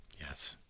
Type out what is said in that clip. yes